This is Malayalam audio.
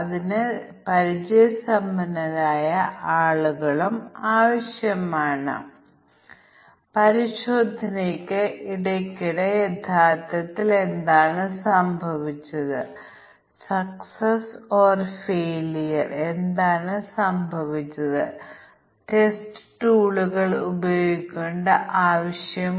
അതിനാൽ ഇത് ചിത്രപരമായി കാണിക്കാൻ വ്യത്യസ്ത തുല്യതാ ക്ലാസുകളുടെ സാധുവായതും അസാധുവായതുമായ തുല്യതാ ക്ലാസുകളുടെ അതിർത്തിയിൽ നമ്മൾ അതിരുകൾക്കുള്ളിൽ ഒരു മൂല്യം എടുക്കണം അതിരുകൾക്കുള്ളിൽ ഒരു മൂല്യം ഓരോ തുല്യത ക്ലാസുകൾക്കും അതിരുകൾക്ക് പുറത്ത് ഒരു മൂല്യം